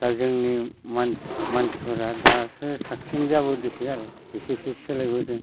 दा जोंनि मानसिफोरा दासो साबसिन जाबोदोंसै आरो इसे इसे सोलायबोदों